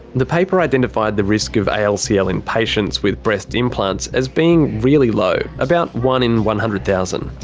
the paper identified the risk of alcl in patients with breast implants as being really low. about one in one hundred thousand.